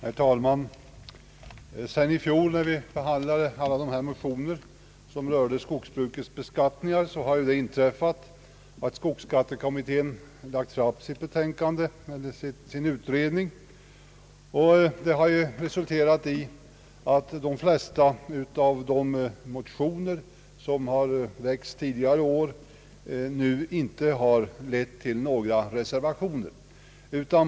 Herr talman! Sedan i fjol, då vi behandlade alla de motioner som rörde skogsbrukets beskattning, har skogsskattekommittén lagt fram sin utredning. Det har resulterat i att de flesta av de motioner som har väckts tidigare år nu inte har föranlett några reservationer.